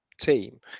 team